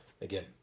Again